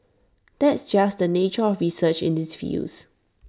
that's just the nature of research in these fields